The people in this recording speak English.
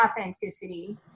authenticity